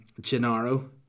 Gennaro